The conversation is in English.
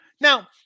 Now